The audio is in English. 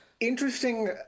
interesting